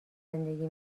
زندگی